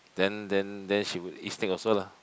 then then then she would eat also lah